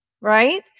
Right